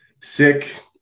sick